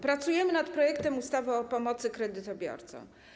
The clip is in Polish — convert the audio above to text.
Pracujemy nad projektem ustawy o pomocy kredytobiorcom.